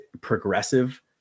progressive